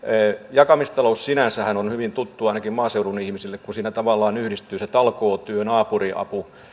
jakamistalous sinänsähän on hyvin tuttua ainakin maaseudun ihmisille kun siinä tavallaan yhdistyy se talkootyö naapuriapu